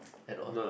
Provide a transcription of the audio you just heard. at all